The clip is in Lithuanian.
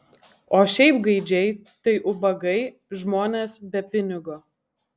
o šiaip gaidžiai tai ubagai žmonės be pinigo